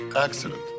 accident